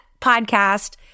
podcast